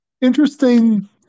Interesting